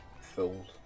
filled